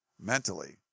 mentally